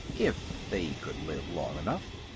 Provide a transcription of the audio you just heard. if they could live long enough!